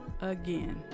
again